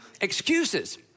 excuses